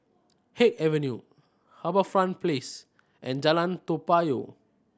Haig Avenue HarbourFront Place and Jalan Toa Payoh